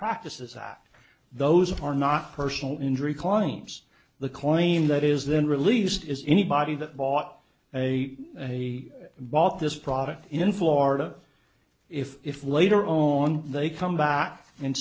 practices act those are not personal injury claims the claim that is then released is anybody that bought a and he bought this product in florida if if later own they come back and